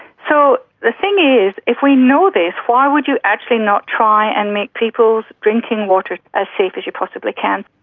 so the thing is, if we know this, why would you actually not try and make people's drinking water as safe as you possibly can?